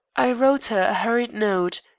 i wrote her a hurried note,